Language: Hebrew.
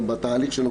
בתהליך שלו,